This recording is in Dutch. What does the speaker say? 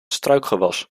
struikgewas